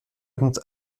conte